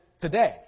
today